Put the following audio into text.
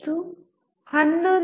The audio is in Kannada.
04 11